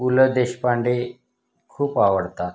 पु ल देशपांडे खूप आवडतात